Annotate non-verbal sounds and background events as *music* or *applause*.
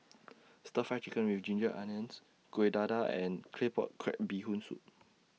*noise* Stir Fry Chicken with Ginger Onions Kuih Dadar and Claypot Crab Bee Hoon Soup